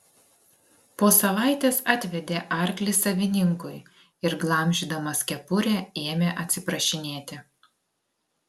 po savaitės atvedė arklį savininkui ir glamžydamas kepurę ėmė atsiprašinėti